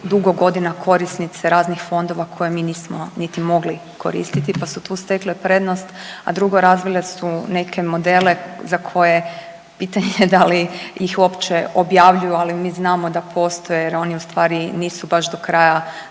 dugo godina korisnice raznih fondova koje mi nismo niti mogli koristiti, pa su tu stekle prednost. A drugo, razvile su neke modele za koje pitanje da li ih uopće objavljuju, ali mi znamo da postoje jer oni u stvari nisu baš do kraja legalni.